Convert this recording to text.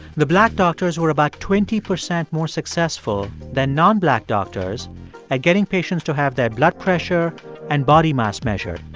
the black doctors were about twenty percent more successful than nonblack doctors at getting patients to have their blood pressure and body mass measured.